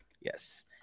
Yes